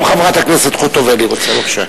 גם חברת הכנסת חוטובלי רוצה לדבר.